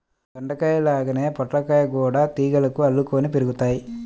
దొండకాయల్లాగే పొట్లకాయలు గూడా తీగలకు అల్లుకొని పెరుగుతయ్